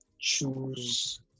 choose